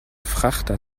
frachter